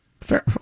Fair